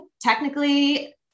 technically